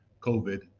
COVID